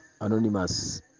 Anonymous